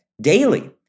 daily